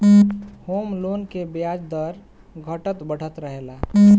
home loan के ब्याज दर घटत बढ़त रहेला